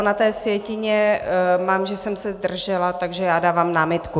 Na sjetině mám, že jsem se zdržela, takže dávám námitku.